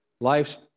Life's